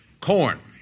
corn